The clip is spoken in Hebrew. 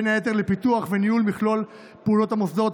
בין היתר לפיתוח וניהול מכלול פעולות המוסדות,